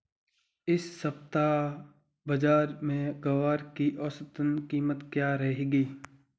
इस सप्ताह बाज़ार में ग्वार की औसतन कीमत क्या रहेगी?